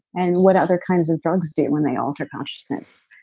and what other kinds of drugs do when they alter consciousness?